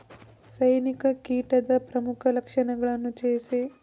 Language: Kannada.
ಸೈನಿಕ ಕೀಟದ ಪ್ರಮುಖ ಲಕ್ಷಣಗಳನ್ನು ತಿಳಿಸಿ?